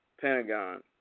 Pentagon